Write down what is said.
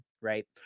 right